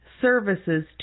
Services